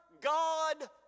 God